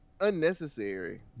unnecessary